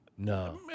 No